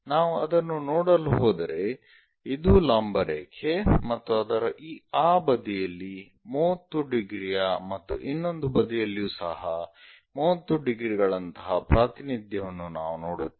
ನಾವು ಅದನ್ನು ನೋಡಲು ಹೋದರೆ ಇದು ಲಂಬ ರೇಖೆ ಮತ್ತು ಅದರ ಆ ಬದಿಯಲ್ಲಿ 30 ಡಿಗ್ರಿಯ ಮತ್ತು ಇನ್ನೊಂದು ಬದಿಯಲ್ಲಿಯೂ ಸಹ 30 ಡಿಗ್ರಿಗಳಂತಹ ಪ್ರಾತಿನಿಧ್ಯವನ್ನು ನಾವು ನೋಡುತ್ತೇವೆ